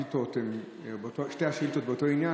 את שתי השאילתות ביחד,